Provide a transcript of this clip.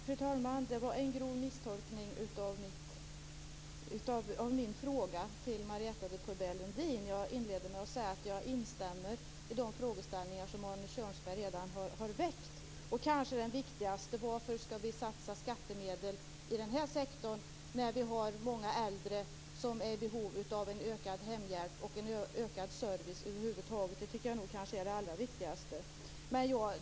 Fru talman! Det var en grov misstolkning av min fråga till Marietta de Pourbaix-Lundin. Jag inledde med att säga att jag instämmer i de frågeställningar som Arne Kjörnsberg redan har väckt. Den viktigaste är varför vi skall satsa skattemedel i den sektorn när det finns många äldre som är i behov av ökad hemhjälp och över huvud taget ökad service. Det är kanske det allra viktigaste.